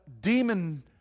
demon